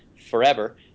forever